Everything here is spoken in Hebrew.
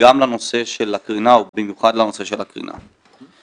גם לנושא של הקרינה ובמיוחד לנושא של הקרינה.